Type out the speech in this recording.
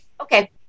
Okay